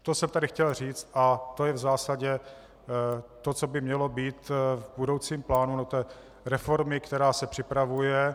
To jsem tady chtěl říct a to je v zásadě to, co by mělo být v budoucím plánu reformy, která se připravuje.